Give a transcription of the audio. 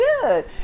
good